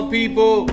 people